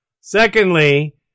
secondly